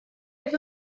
oedd